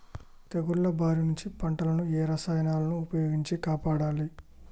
తెగుళ్ల బారి నుంచి పంటలను ఏ రసాయనాలను ఉపయోగించి కాపాడాలి?